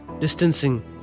distancing